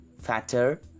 fatter